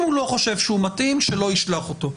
אם הוא לא חושב שהוא מתאים, שלא ישלח אותו.